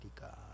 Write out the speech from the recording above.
God